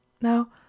Now